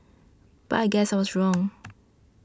but I guess I was wrong